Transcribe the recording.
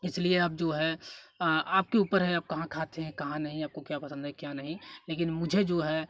इसलिए आप जो है आपके ऊपर है आप कहाँ खाते हैं कहाँ नहीं आपको क्या पसंद है क्या नहीं लेकिन मुझे जो है